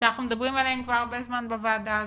שאנחנו מדברים עליהם כבר הרבה זמן בוועדה הזאת.